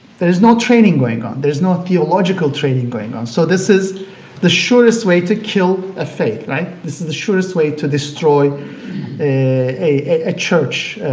there is no training going on. there is no theological training going on, so this is the surest way to kill a faith, right? this is the surest way to destroy a church,